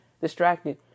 distracted